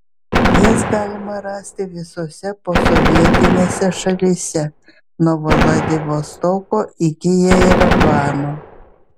jas galima rasti visose posovietinėse šalyse nuo vladivostoko iki jerevano